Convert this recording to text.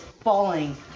falling